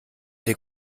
der